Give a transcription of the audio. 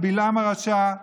על בלעם הרשע,